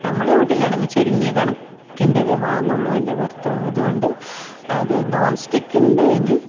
നമ്മളെ വീട്ടിലാണെങ്കിൽ ചുരുങ്ങിയ കണക്കിൻ്റെതെ വാങ്ങുകയുള്ളൂ എൻ്റെ ഭർത്താവ് അതുകൊണ്ട് അത് നോൺസ്റ്റിക്ക് ഉണ്ടായിരുന്നു